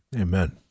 amen